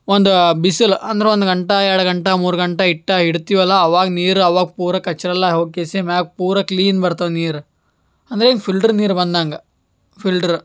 ಒಂದು ಬಿಸಿಲು ಅಂದ್ರೆ ಒಂದ್ ಗಂಟೆ ಎರಡು ಗಂಟೆ ಮೂರು ಗಂಟೆ ಇಟ್ಟ ಇಡ್ತೀವಲ್ಲ ಅವಾಗ ನೀರು ಅವಾಗ ಪೂರಾ ಕಚ್ರೆಲ್ಲ ಹೋಗಿ ಕಿಸಿಮೇಲೆ ಪೂರಾ ಕ್ಲೀನ್ ಬರ್ತವ ನೀರು ಅಂದರೆ ಫಿಲ್ಟರ್ ನೀರು ಬಂದಂಗ ಫಿಲ್ಟರ